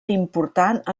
important